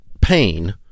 pain